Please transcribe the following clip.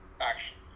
action